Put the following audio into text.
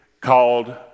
called